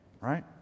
right